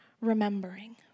remembering